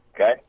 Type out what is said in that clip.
Okay